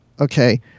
Okay